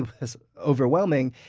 ah was overwhelming.